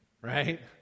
right